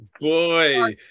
Boy